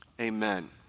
Amen